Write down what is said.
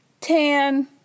tan